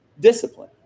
discipline